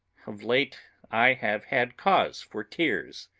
of late i have had cause for tears,